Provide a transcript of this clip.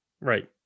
Right